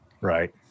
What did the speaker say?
Right